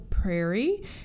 prairie